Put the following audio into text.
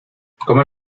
comer